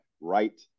Right